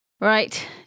right